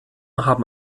haben